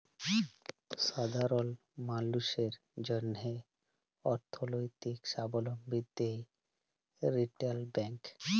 সাধারল মালুসের জ্যনহে অথ্থলৈতিক সাবলম্বী দেয় রিটেল ব্যাংক